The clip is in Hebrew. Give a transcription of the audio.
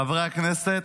חברי הכנסת,